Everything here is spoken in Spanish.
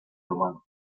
romanos